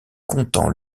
comptant